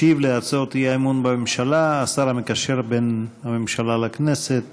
ישיב על הצעות האי-אמון בממשלה השר המקשר בין הממשלה לכנסת